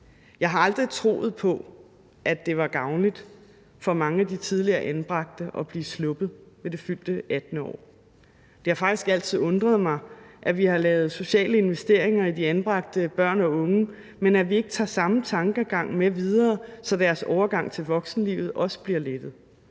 Jeg har aldrig troet på, at det var gavnligt for mange af de tidligere anbragte at blive sluppet ved det fyldte 18. år. Det har faktisk altid undret mig, at vi har lavet sociale investeringer i de anbragte børn og unge, men at vi ikke tager den samme tankegang med videre, så deres overgang til voksenlivet også bliver lettet.